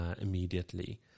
immediately